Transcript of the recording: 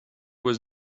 was